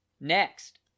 Next